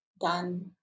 done